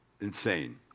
insane